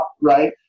right